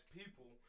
people